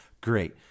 Great